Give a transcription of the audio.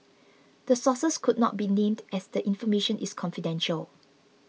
the sources could not be named as the information is confidential